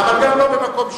אבל גם לא במקום שישי.